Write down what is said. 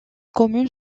commune